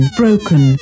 broken